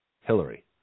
Hillary